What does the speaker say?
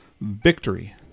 Victory